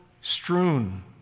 strewn